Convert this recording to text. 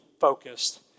focused